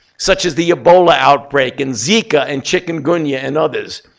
such as the ebola outbreak, and zika, and chikungunya, and others.